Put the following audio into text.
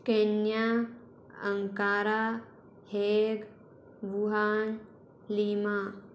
Kenya Ankara Hague Wuhan Lima